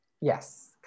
Yes